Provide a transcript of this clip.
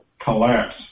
Collapse